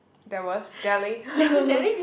that was jelly